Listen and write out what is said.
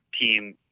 team